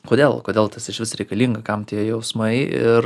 kodėl kodėl tas išvis reikalinga kam tie jausmai ir